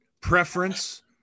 Preference